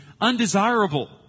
undesirable